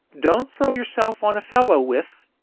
don't throw yourself on a fellow with